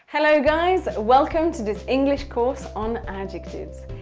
hello, guys. welcome to this english course on adjectives.